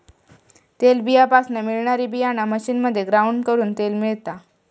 तेलबीयापासना मिळणारी बीयाणा मशीनमध्ये ग्राउंड करून तेल मिळता